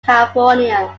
california